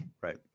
Right